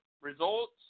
results